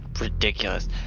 ridiculous